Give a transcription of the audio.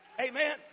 Amen